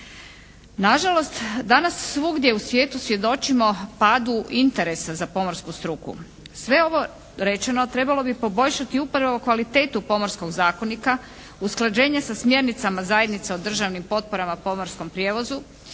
Nažalost danas svugdje u svijetu svjedočimo padu interesa za pomorsku struku. Sve ovo rečeno trebao bi poboljšati upravo kvalitetu Pomorskog zakonita, usklađenje sa smjernicama zajednica o državnim potporama u prijevozu